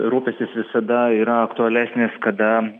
rūpestis visada yra aktualesnis kada